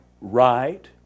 right